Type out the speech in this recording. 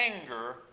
anger